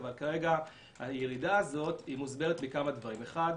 אבל כרגע הירידה הזאת מוסברת בכמה דברים: אחת,